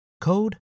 code